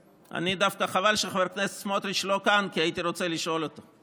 אבל אני חושב שהבית הזה כבר מכיר אותן בעל פה,